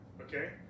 okay